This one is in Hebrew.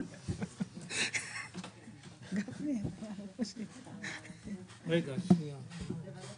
אני מתקין תקנות